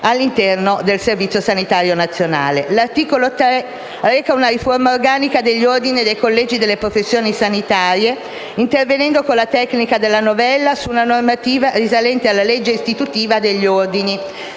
all'interno del Servizio sanitario nazionale. L'articolo 3 reca una riforma organica degli ordini e collegi delle professioni sanitarie, intervenendo con la tecnica della novella su una normativa risalente alla legge istitutiva degli ordini,